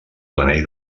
planell